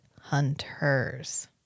hunters